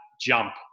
jump